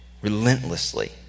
relentlessly